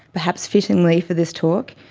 perhaps fittingly for this talk,